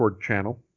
channel